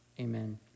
amen